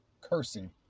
cursing